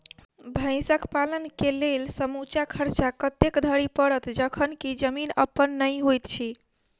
भैंसक पालन केँ लेल समूचा खर्चा कतेक धरि पड़त? जखन की जमीन अप्पन नै होइत छी